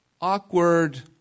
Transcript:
awkward